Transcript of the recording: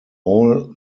all